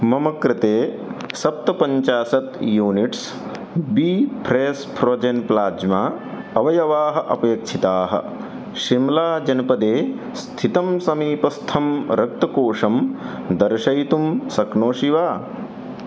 मम कृते सप्तपञ्चाशत् units B fresh frozen plasma अवयवाः अपेक्षिताः शिम्लाजनपदे स्थितं समीपस्थं रक्तकोषं दर्शयितुं शक्नोषि वा